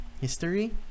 history